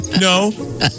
No